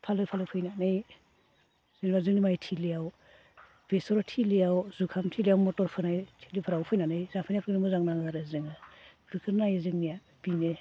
फालो फालो फैनानै जेनेबा जोंनि माइथिलियाव बेसरथिलियाव जुखामथिलियाव मटर फोनाय थिलिफोराव फैनानै जाफैनायफोरखौ मोजां नाङो आरो जोङो बेफोरखोनो नायो जोंनिया बेनो